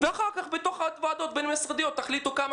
ואחר כך בתוך הוועדות הבין-משרדיות תחליטו על כמה